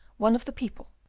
one of the people,